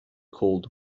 called